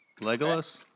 Legolas